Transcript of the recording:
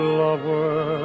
lover